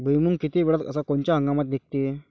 भुईमुंग किती वेळात अस कोनच्या हंगामात निगते?